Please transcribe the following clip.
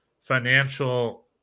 financial –